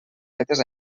fetes